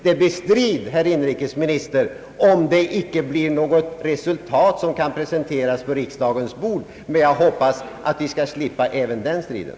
Det blir strid, herr inrikesministern, om inget resultat kan presenteras på riksdagens bord, men jag hoppas att vi skall slippa även den striden.